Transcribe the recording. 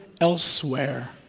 elsewhere